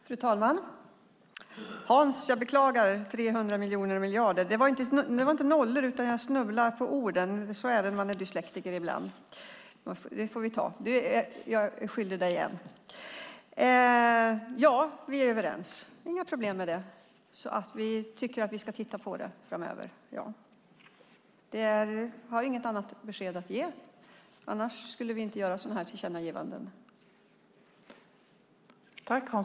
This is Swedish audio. Fru talman! Jag beklagar, Hans, det där med 300 miljoner och miljarder. Det var inte fråga om nollor utan jag snubblade på orden. Så är det ibland när man är dyslektiker. Jag är skyldig dig en. Ja, vi är överens, inga problem med det. Vi tycker att vi ska titta på det framöver, ja. Jag har inget annat besked att ge. I annat fall skulle vi inte göra sådana tillkännagivanden.